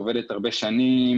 עובדת הרבה שנים,